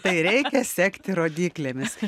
tai reikia sekti rodyklėmis